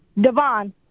Devon